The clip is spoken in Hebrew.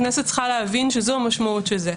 הכנסת צריכה להבין שזו המשמעות של זה.